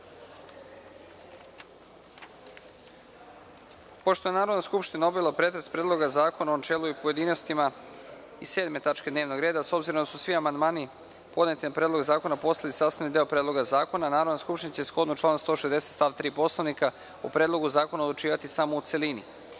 lica. Pošto je Narodna skupština obavila pretres Predloga zakona u načelu i u pojedinostima iz 7. tačke dnevnog reda, a s obzirom da su svi amandmani podneti na Predlog zakona postali sastavni deo Predloga zakona, Narodna skupština će shodno članu 160. stav 3. Poslovnika, o Predlogu zakona odlučivati samo u celini. Pre